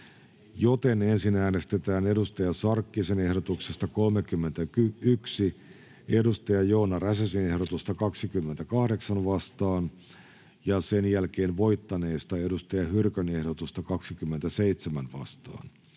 joten ensin äänestetään Hanna Sarkkisen ehdotuksesta 31 Joona Räsäsen ehdotusta 28 vastaan ja sen jälkeen voittaneesta Saara Hyrkön ehdotusta 27 vastaan.